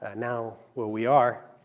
ah now where we are.